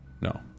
No